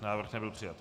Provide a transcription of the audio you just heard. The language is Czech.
Návrh nebyl přijat.